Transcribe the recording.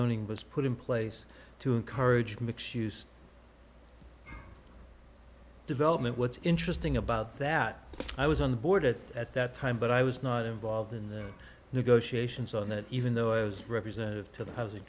owning was put in place to encourage mix use development what's interesting about that i was on the board it at that time but i was not involved in the negotiations on that even though i was representing to the housing